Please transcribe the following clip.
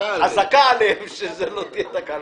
חזקה עליהם שלא תהיה בזה תקלה.